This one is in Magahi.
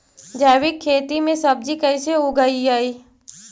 जैविक खेती में सब्जी कैसे उगइअई?